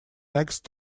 next